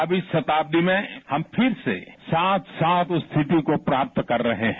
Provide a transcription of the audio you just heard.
अब इस शताब्दी में हम फिर से साथ साथ उस स्थिति को प्राप्त कर रहे हैं